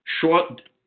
short